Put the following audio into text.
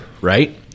right